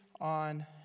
on